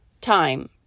time